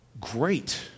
Great